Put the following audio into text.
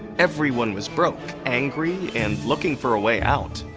everyone was broke, angry and looking for a way out.